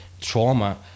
trauma